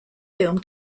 film